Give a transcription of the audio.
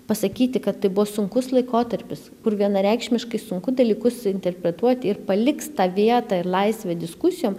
pasakyti kad tai buvo sunkus laikotarpis kur vienareikšmiškai sunku dalykus interpretuoti ir paliks tą vietą ir laisvę diskusijoms